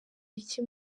iki